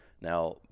now